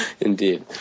Indeed